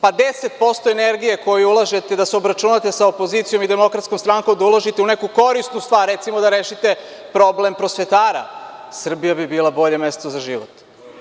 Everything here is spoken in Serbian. Pa, 10% energije koju ulažete da se obračunate sa opozicijom i DS da uložite u neku korisnu stvar, recimo da rešite problem prosvetara, Srbija bi bila bolje mesto za život.